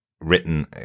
written